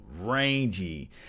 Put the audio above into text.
rangy